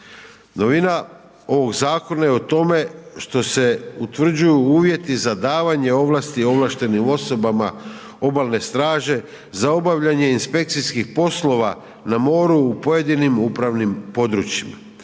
Novina ovog zakona je u tome što se utvrđuju uvjeti za davanje ovlasti ovlaštenim osobama obalne straže za obavljanje inspekcijskih poslova na moru u pojedinim upravnim područjima.